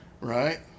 Right